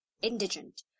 Indigent